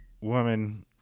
woman